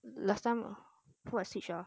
last time who I switch ah